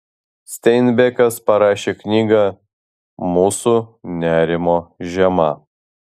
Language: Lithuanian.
steinbekas parašė knygą mūsų nerimo žiema